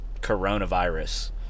coronavirus